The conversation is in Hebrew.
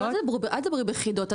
אל תדברי בחידות,